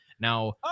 Now